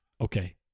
Okay